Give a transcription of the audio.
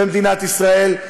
במדינת ישראל,